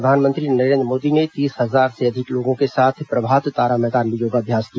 प्रधानमंत्री नरेंद्र मोदी ने तीस हजार से अधिक लोगों के साथ प्रभात तारा मैदान में योगाभ्यास किया